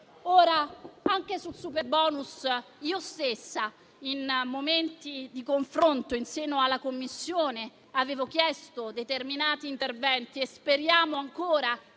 Anche sul superbonus io stessa, in momenti di confronto in seno alla Commissione, avevo chiesto determinati interventi e spero ancora